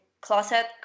closet